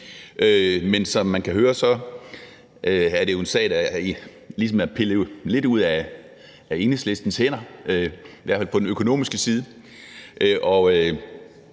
Men som man kan høre, er det jo en sag, der ligesom er pillet lidt ud af Enhedslistens hænder, i hvert fald i forhold til den økonomiske del.